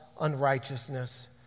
unrighteousness